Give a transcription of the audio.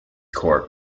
court